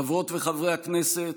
חברות וחברי הכנסת,